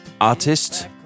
artist